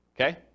Okay